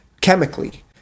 chemically